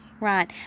Right